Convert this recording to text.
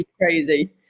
Crazy